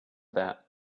that